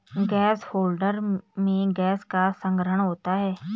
gas holder में gas का संग्रहण होता है